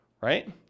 Right